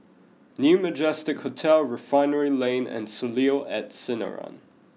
New Majestic Hotel Refinery Lane and Soleil at Sinaran